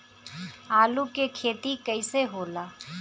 आलू के खेती कैसे होला?